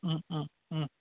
ம் ம் ம்